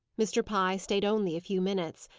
mr. pye stayed only a few minutes.